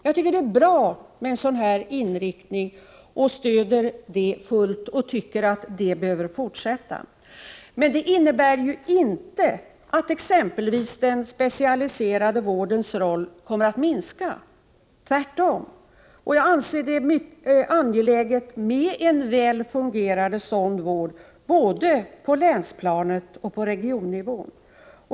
Jag tycker det är bra med en sådan inriktning och stöder den fullt. Jag tycker att det behöver fortsätta. Men det innebär ju inte att exempelvis den specialiserade vårdens roll kommer att minska, tvärtom. Jag anser det angeläget med en väl fungerande sådan vård både på länsplanet och på regionnivån.